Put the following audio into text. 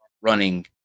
running